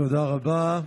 תודה רבה.